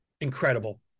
incredible